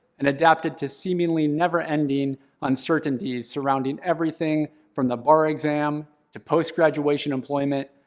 and adapted to seemingly never-ending uncertainties surrounding everything from the bar exam to post-graduation employment,